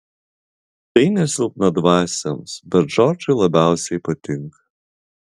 tai ne silpnadvasiams bet džordžui labiausiai patinka